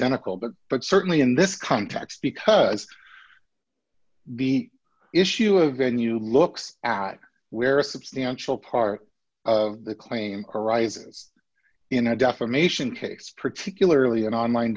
cal but but certainly in this context because the issue of venue looks at where a substantial part of the claim arises in a defamation case particularly an online